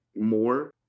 more